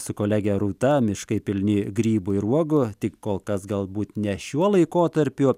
su kolege rūta miškai pilni grybų ir uogų tik kol kas galbūt ne šiuo laikotarpiu